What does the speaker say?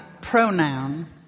pronoun